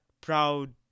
proud